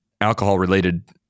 alcohol-related